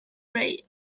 ray